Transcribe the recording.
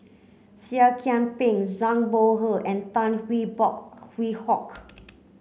Seah Kian Peng Zhang Bohe and Tan Hwee Hock